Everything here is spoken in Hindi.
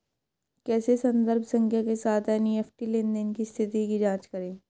कैसे संदर्भ संख्या के साथ एन.ई.एफ.टी लेनदेन स्थिति की जांच करें?